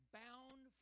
bound